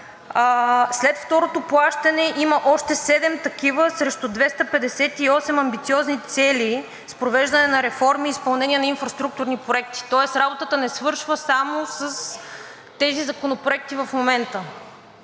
след второто плащане има още 7 такива срещу 258 амбициозни цели, свързани с провеждане на реформи и изпълнение на инфраструктурни проекти. Тоест работата не свършва само с тези законопроекти в момента.